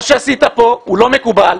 מה שעשית כאן, הוא לא מקובל.